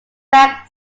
bag